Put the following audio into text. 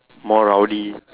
more rowdy